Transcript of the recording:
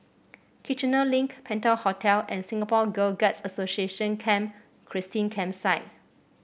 Kiichener Link Penta Hotel and Singapore Girl Guides Association Camp Christine Campsite